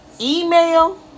email